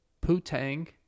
poo-tang